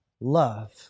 love